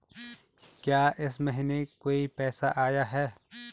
क्या इस महीने कोई पैसा आया है?